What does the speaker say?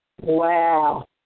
Wow